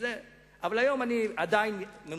אבל היום אני עדיין ממושמע,